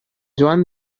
joan